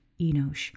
Enosh